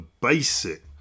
basic